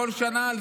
כל שנה,